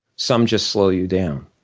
some just slow you down.